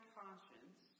conscience